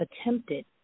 attempted